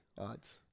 odds